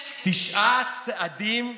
תשעה צעדים,